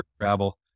travel